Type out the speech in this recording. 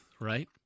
right